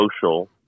social